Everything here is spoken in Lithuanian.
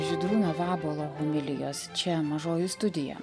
žydrūno vabalo homilijos čia mažoji studija